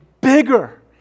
bigger